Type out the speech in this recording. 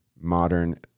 modern